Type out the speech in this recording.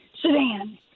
sedan